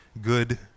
good